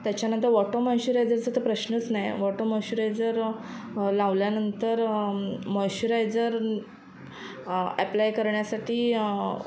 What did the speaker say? त्याच्यानंतर वॉटर मॉश्चुरायजरचं तर प्रश्नच नाही वॉटर मॉश्चुरायजर लावल्यानंतर मॉश्युरायजर अप्लाय करण्यासाठी